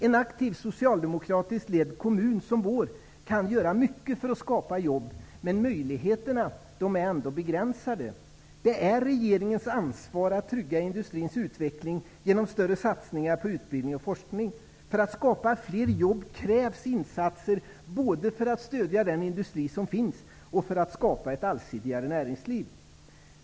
En aktiv, socialdemokratiskt ledd kommun som vår kan göra mycket för att skapa jobb, men möjligheterna är ändå begränsade. Det är regeringens ansvar att trygga industrins utveckling genom större satsningar på utbildning och forskning. För att skapa fler jobb krävs insatser både för att stödja den industri som finns och för att skapa ett allsidigare näringsliv.